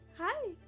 Hi